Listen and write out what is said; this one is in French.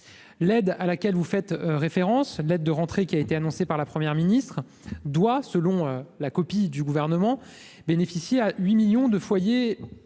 rentrée à laquelle vous faites référence, qui a été annoncée par la Première ministre, doit, selon la copie du Gouvernement, bénéficier à 8 millions de foyers